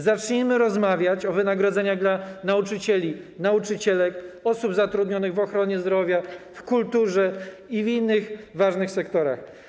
Zacznijmy rozmawiać o wynagrodzeniach dla nauczycieli, nauczycielek, osób zatrudnionych w ochronie zdrowia, w kulturze i w innych ważnych sektorach.